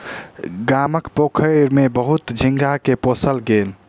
गामक पोखैर में बहुत झींगा के पोसल गेल